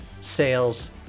sales